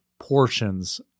portions